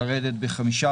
לרדת ב-15%.